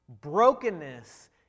Brokenness